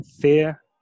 fear